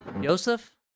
joseph